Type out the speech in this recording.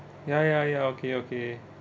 ya ya ya okay okay